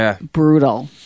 brutal